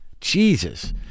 Jesus